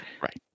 Right